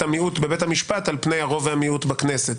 המיעוט בבית המשפט על פני הרוב והמיעוט בכנסת,